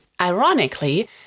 Ironically